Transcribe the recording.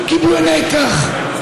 הכנסת עליזה לביא, בבקשה,